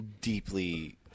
deeply